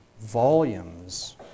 volumes